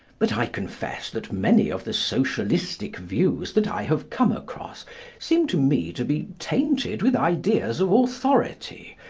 but i confess that many of the socialistic views that i have come across seem to me to be tainted with ideas of authority,